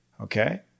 Okay